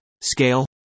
scale